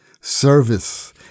service